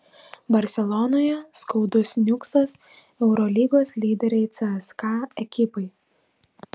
barselonoje skaudus niuksas eurolygos lyderei cska ekipai